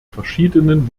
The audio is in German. verschiedenen